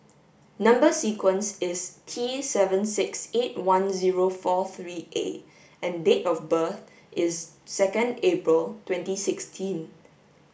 number sequence is T seven six eight one zero four three A and date of birth is second April twenty sixteen